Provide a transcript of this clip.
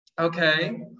okay